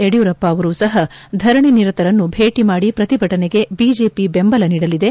ಯಡಿಯೂರಪ್ಪ ಅವರು ಸಹ ಧರಣಿ ನಿರತರನ್ನು ಭೇಟಿ ಮಾಡಿ ಪ್ರತಿಭಟನೆಗೆ ಬಿಜೆಪಿ ದೆಂಬಲ ನೀಡಲಿದೆ